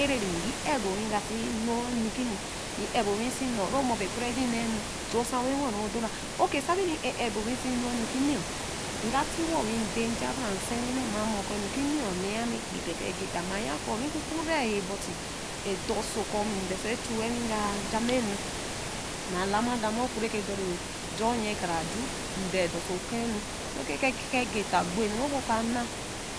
Ɛ'ɛh be ngi ɛbo we si nonu kini-ɛh be ɛbo wi si non ro mo be ɛporo ɛjii naanu chu osa we wen odonah ok we sabe re ɛ'ɛh ɛbo we si non nukinu nga tiwa wi ndae nja bra nsawini ma mo kɔ̃ nukini nee ma ɛkpii keke agita ma yaa kɔ̃ re ku kure-ɛh but mai dorso kɔ̃ mai ndorsẽ-ɛh chui we ka jumenu ma lama dema ku redor-ɛh ajo nyii kra ju nbee doso okehnu ke ke ke agita gbo ɛnu oka anaa